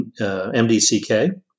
MDCK